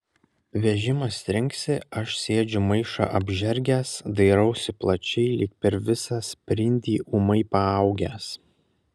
vežimas trinksi aš sėdžiu maišą apžergęs dairausi plačiai lyg per visą sprindį ūmai paaugęs